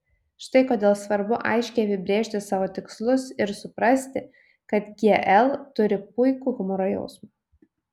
štai kodėl svarbu aiškiai apibrėžti savo tikslus ir suprasti kad gl turi puikų humoro jausmą